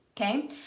okay